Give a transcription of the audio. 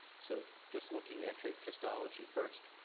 so just looking at histology first,